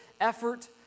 effort